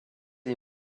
les